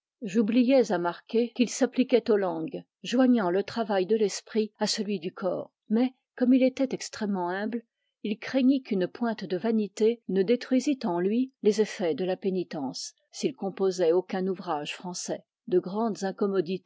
j'oubliois à marquer qu'il s'appliquoit aux langues joignant le travail de l'esprit à celuy du corps mais comme il estoit extrêmement humble il craignit qu'une pointe de vanité ne détruisit en luy les effets de la pénitence s'il composoit aucun ouvrage francois de grandes incommodités